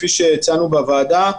כפי שהצענו בוועדה.